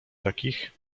takich